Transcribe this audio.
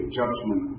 judgment